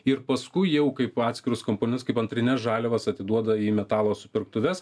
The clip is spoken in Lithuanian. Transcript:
ir paskui jau kaip atskirus komponentus kaip antrines žaliavas atiduoda į metalo supirktuves